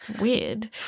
weird